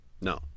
No